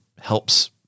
helps